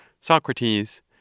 Socrates